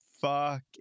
fuck